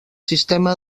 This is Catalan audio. sistema